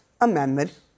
Amendment